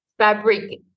Fabric